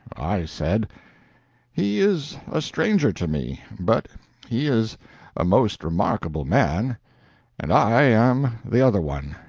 i said he is a stranger to me, but he is a most remarkable man and i am the other one.